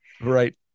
Right